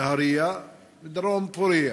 נהריה ובדרום פוריה.